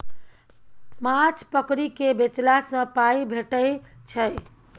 माछ पकरि केँ बेचला सँ पाइ भेटै छै